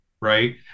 right